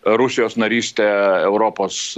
rusijos narystę europos